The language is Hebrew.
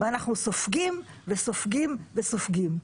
ואנחנו סופגים וסופגים וסופגים.